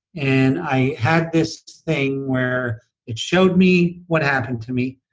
and i had this thing where it showed me what happened to me,